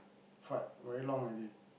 fight very long already